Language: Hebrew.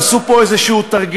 עשו פה איזה תרגיל,